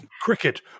Cricket